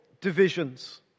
divisions